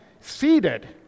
seated